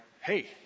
hey